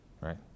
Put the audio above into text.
right